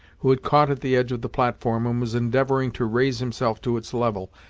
who had caught at the edge of the platform, and was endeavoring to raise himself to its level,